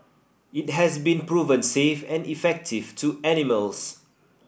it has been proven safe and effective to animals